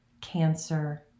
cancer